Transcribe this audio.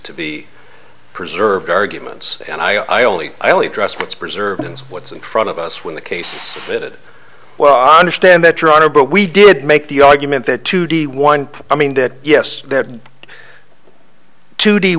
to be preserved arguments and i only i only address what's preserved and what's in front of us when the case fit well i understand that your honor but we did make the argument that to the one i mean that yes that to